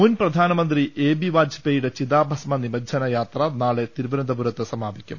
മുൻ പ്രധാനമന്ത്രി A B വാജ്പേയിയുടെ ചിതാഭസ്മ നിമജ്ജന യാത്ര നാളെ തിരുവനന്തപുരത്ത് സമാപിക്കും